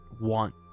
want